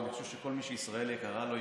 אני חושב שכל מי שישראל יקרה לו,